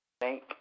Thank